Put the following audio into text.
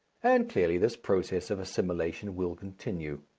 and clearly this process of assimilation will continue.